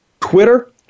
twitter